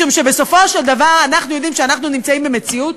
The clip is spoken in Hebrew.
משום שבסופו של דבר אנחנו יודעים שאנחנו נמצאים במציאות,